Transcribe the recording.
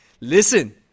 listen